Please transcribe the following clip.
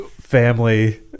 family